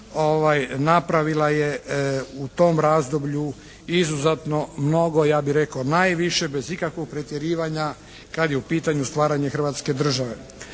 napravila je u tom razdoblju izuzetno mnogo, ja bih rekao najviše bez ikakvog pretjerivanja kad je u pitanju stvaranje Hrvatske države.